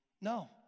No